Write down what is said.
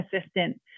assistant